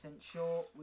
sure